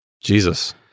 Jesus